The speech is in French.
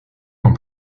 sont